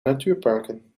natuurparken